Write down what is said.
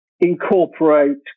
incorporate